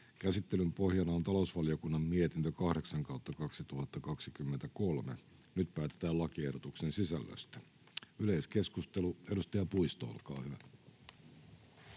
Käsittelyn pohjana on talousvaliokunnan mietintö TaVM 8/2023 vp. Nyt päätetään lakiehdotuksen sisällöstä. — Yleiskeskustelu, edustaja Puisto, olkaa hyvä.